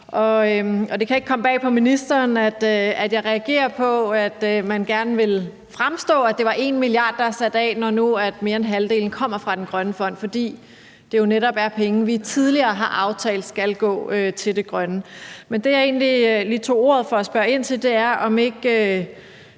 Det kan ikke komme bag på ministeren, at jeg reagerer på, at man gerne vil have det til at fremstå, som om det er 1 mia. kr., der er sat af, når nu mere end halvdelen kommer fra den grønne fond, for det er jo netop penge, vi tidligere har aftalt skal gå til det grønne. Men det, jeg egentlig lige tog ordet for at spørge ind til, er, om ikke